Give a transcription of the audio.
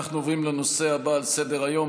אנחנו עוברים לנושא הבא על סדר-היום,